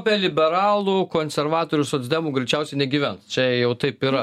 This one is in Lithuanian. be liberalų konservatorių socdemų greičiausiai negyvens čia jau taip yra